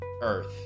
earth